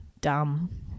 dumb